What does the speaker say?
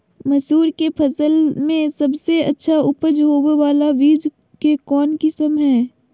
मसूर के फसल में सबसे अच्छा उपज होबे बाला बीज के कौन किस्म हय?